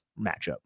matchup